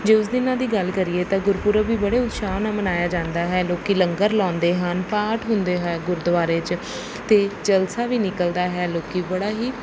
ਜੇ ਉਸ ਦਿਨਾਂ ਦੀ ਗੱਲ ਕਰੀਏ ਤਾਂ ਗੁਰਪੁਰਬ ਵੀ ਬੜੇ ਉਤਸ਼ਾਹ ਨਾਲ ਮਨਾਇਆ ਜਾਂਦਾ ਹੈ ਲੋਕ ਲੰਗਰ ਲਗਾਉਂਦੇ ਹਨ ਪਾਠ ਹੁੰਦੇ ਹੈ ਗੁਰਦੁਆਰੇ 'ਚ ਅਤੇ ਜਲਸਾ ਵੀ ਨਿਕਲਦਾ ਹੈ ਲੋਕ ਬੜਾ ਹੀ